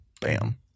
Bam